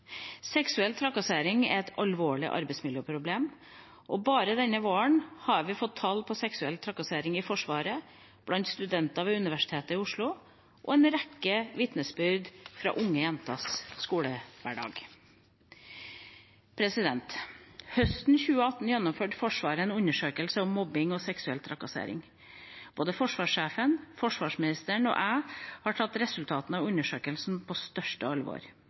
Seksuell trakassering er et alvorlig arbeidsmiljøproblem – bare denne våren har vi fått tall på seksuell trakassering i Forsvaret, blant studentene ved Universitetet i Oslo og en rekke vitnesbyrd fra unge jenters skolehverdag. Høsten 2018 gjennomførte Forsvaret en undersøkelse om mobbing og seksuell trakassering. Både forsvarssjefen, forsvarsministeren og jeg har tatt resultatene av undersøkelsen på største alvor.